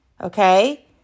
Okay